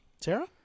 Tara